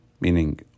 meaning